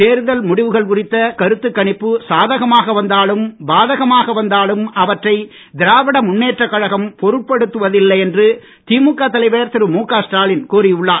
தேர்தல் முடிவுகள் குறித்த கருத்துக் கணிப்பு சாதகமாக வந்தாலும் பாதகமாக வந்தாலும் அவற்றை திராவிட முன்னேற்றக் கழகம் பொருட்படுத்துவதில்லை என்று திமுக தலைவர் திரு முக ஸ்டாலின் கூறி உள்ளார்